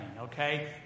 okay